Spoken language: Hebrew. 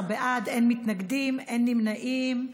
12 בעד, אין מתנגדים, אין נמנעים.